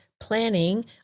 Planning